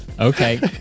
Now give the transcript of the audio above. okay